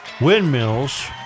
windmills